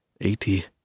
Eighty